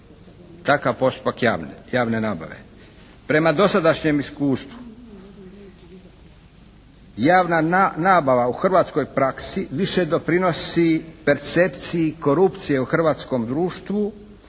takav postupak javne nabave? Prema dosadašnjem iskustvu javna nabava u hrvatskoj praksi više doprinosi percepciji korupcije u hrvatskom društvu,